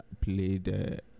played